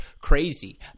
crazy